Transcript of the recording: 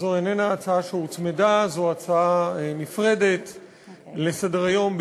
זו הצעה נפרדת לסדר-היום,